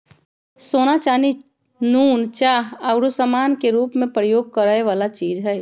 सोना, चानी, नुन, चाह आउरो समान के रूप में प्रयोग करए जाए वला चीज हइ